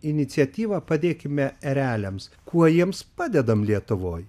iniciatyvą padėkime ereliams kuo jiems padedae lietuvoj